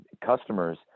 customers